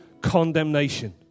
condemnation